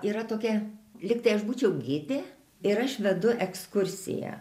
yra tokia lyg tai aš būčiau gidė ir aš vedu ekskursiją